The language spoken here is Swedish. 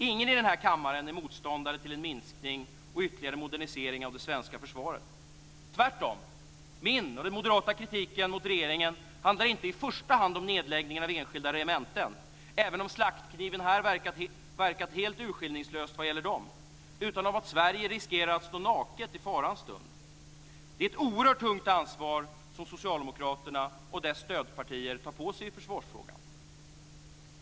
Ingen i denna kammare är motståndare till en minskning och ytterligare modernisering av det svenska försvaret. Tvärtom - min kritik och den moderata kritiken mot regeringen handlar inte i första hand om nedläggning av enskilda regementen, även om slaktkniven verkat helt urskillningslöst vad gäller dem, utan om att Sverige riskerar att stå naket i farans stund. Det är ett oerhört tungt ansvar som Socialdemokraterna och dess stödpartier tar på sig i försvarsfrågan.